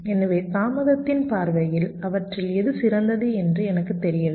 எனவே தாமதத்தின் பார்வையில் அவற்றில் எது சிறந்தது என்று எனக்குத் தெரியவில்லை